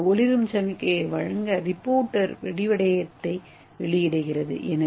இது ஒரு ஒளிரும் சமிக்ஞையை வழங்க ரிப்போர்ட்டர் விரிவடையத்தை வெளியிடுகிறது